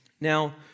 Now